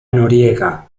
noriega